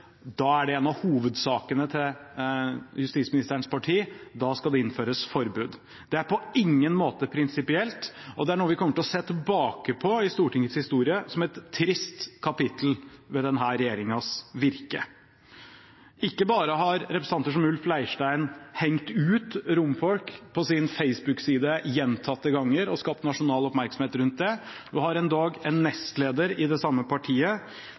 da er det en av hovedsakene til justisministerens parti, da skal det innføres forbud. Det er på ingen måte prinsipielt, og det er noe vi kommer til å se tilbake på i Stortingets historie som et trist kapittel ved denne regjeringens virke. Ikke bare har representanter som Ulf Leirstein hengt ut romfolk på sin Facebook-side gjentatte ganger og skapt nasjonal oppmerksomhet rundt det, man har endog en nestleder i det samme partiet